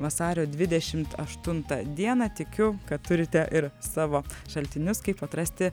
vasario dvidešimt aštuntą dieną tikiu kad turite ir savo šaltinius kaip atrasti